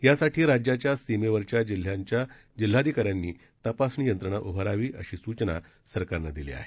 यासाठी राज्याच्या सीमेवरच्या जिल्ह्याच्या जिल्हाधिकाऱ्यांनी तपासणी यंत्रणा उभारावी अशी सूचना सरकारनं केली आहे